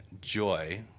joy